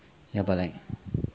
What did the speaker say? ya but like